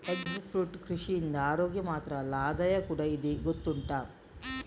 egg fruit ಕೃಷಿಯಿಂದ ಅರೋಗ್ಯ ಮಾತ್ರ ಅಲ್ಲ ಆದಾಯ ಕೂಡಾ ಇದೆ ಗೊತ್ತುಂಟಾ